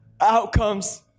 outcomes